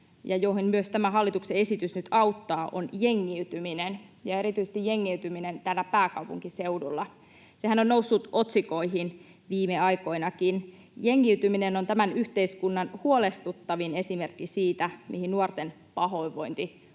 ja johon myös tämä hallituksen esitys nyt auttaa, on jengiytyminen ja erityisesti jengiytyminen täällä pääkaupunkiseudulla. Sehän on noussut otsikoihin viime aikoinakin. Jengiytyminen on tämän yhteiskunnan huolestuttavin esimerkki siitä, mihin nuorten pahoinvointi